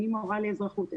אני מורה לאזרחות.